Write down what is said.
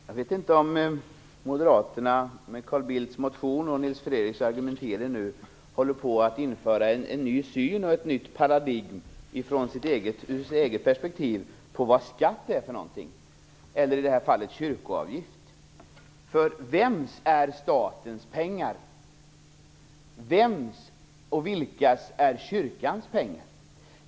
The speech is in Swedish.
Herr talman! Jag vet inte om Moderaterna i och med Carl Bildts motion och Nils Fredrik Aurelius argumentering nu håller på att införa ett nytt paradigm och en ny syn, ur eget perspektiv, på vad skatt är, eller i det här fallet kyrkoavgift. Vems är statens pengar? Vems och vilkas är kyrkans pengar?